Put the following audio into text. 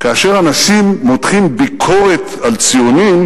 כאשר אנשים מותחים ביקורת על ציונים,